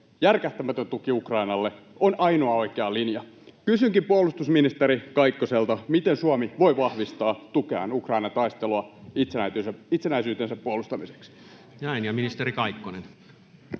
järkähtämätön tuki Ukrainalle, on ainoa oikea linja. Kysynkin puolustusministeri Kaikkoselta: miten Suomi voi vahvistaa tukeaan Ukrainan taisteluun itsenäisyytensä puolustamiseksi? [Speech 387] Speaker: Toinen